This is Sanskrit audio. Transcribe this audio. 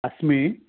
अस्मि